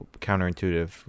Counterintuitive